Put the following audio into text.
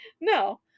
No